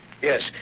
Yes